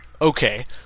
okay